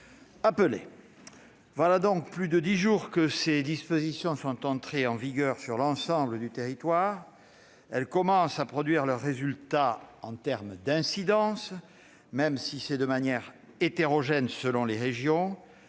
nécessaires. Voilà donc plus de dix jours que ces dispositions sont entrées en vigueur sur l'ensemble du territoire. Elles commencent à produire leurs résultats en termes d'incidence, même si c'est de manière hétérogène selon les régions,